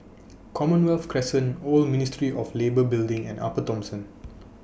Commonwealth Crescent Old Ministry of Labour Building and Upper Thomson